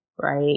right